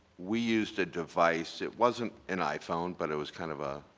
we used a device, it wasn't an iphone but it was kind of a